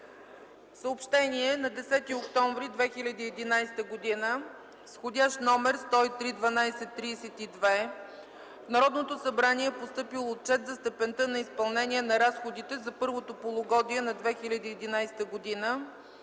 Съобщение. На 10 октомври 2011 г. с вх. № 103-12-32 в Народното събрание е постъпил Отчет за степента на изпълнение на разходите за първото полугодие на 2011 г.